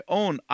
own